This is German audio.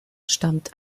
stammt